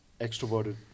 extroverted